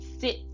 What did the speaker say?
sit